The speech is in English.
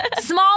Small